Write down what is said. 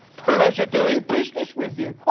pleasure doing business with you. oi,